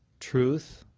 truth,